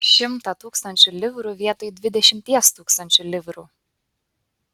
šimtą tūkstančių livrų vietoj dvidešimties tūkstančių livrų